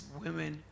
women